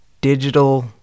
digital